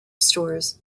stores